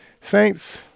Saints